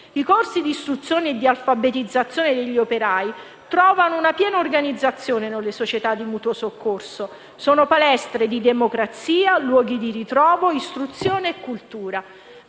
I corsi di istruzione e di alfabetizzazione degli operai trovano piena organizzazione nelle società di mutuo soccorso. Sono palestre di democrazia, luoghi di ritrovo, istruzione e cultura.